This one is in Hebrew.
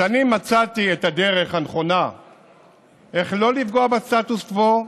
שאני מצאתי את הדרך הנכונה איך לא לפגוע בסטטוס קוו,